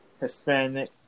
Hispanic